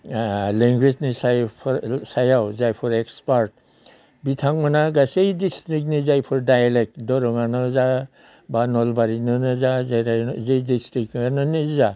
लेंगुवेजनिसाय सायाव जायफोर एक्सपार्ट बिथांमोनहा गासै डिसट्रिक्टनि जायफोर डाइलेक्ट दोरोङानो जा बा नलबारिनानो जा जे डिसट्रिक्टआनो जा